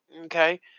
okay